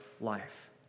life